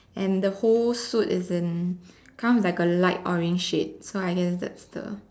and the whole suit is in kind of in a light orange shade so I guess that's the